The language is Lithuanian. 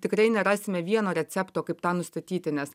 tikrai nerasime vieno recepto kaip tą nustatyti nes